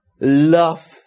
Love